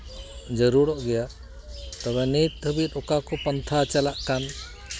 ᱡᱟᱹᱨᱩᱲᱚᱜ ᱜᱮᱭᱟ ᱛᱚᱵᱮ ᱱᱤᱛ ᱫᱷᱟᱹᱵᱤᱡ ᱚᱠᱟ ᱠᱚ ᱯᱟᱱᱛᱷᱟ ᱪᱟᱞᱟᱜ ᱠᱟᱱ